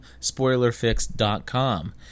SpoilerFix.com